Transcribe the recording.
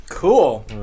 Cool